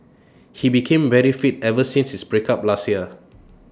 he became very fit ever since his breakup last year